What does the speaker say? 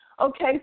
Okay